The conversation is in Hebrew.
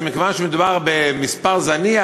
שמכיוון שמדובר במספר זניח,